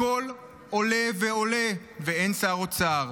הכול עולה ועולה ואין שר אוצר.